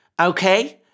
Okay